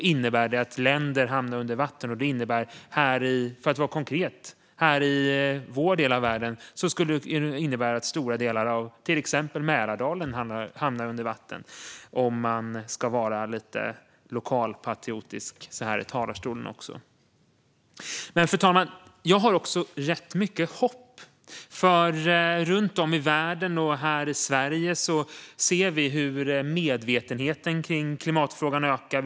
Länder kommer att hamna under vatten. För att vara konkret innebär det i vår del av världen att stora delar av Mälardalen kommer att hamna under vatten - om jag ska vara lokalpatriotisk i talarstolen. Fru talman! Jag är också hoppfull. Runt om i världen och i Sverige ser vi hur medvetenheten om klimatfrågan ökar.